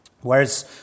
Whereas